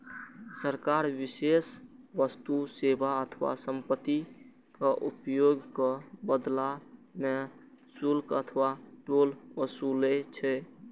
सरकार विशेष वस्तु, सेवा अथवा संपत्तिक उपयोगक बदला मे शुल्क अथवा टोल ओसूलै छै